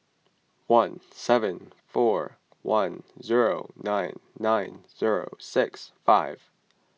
one seven four one zero nine nine zero six five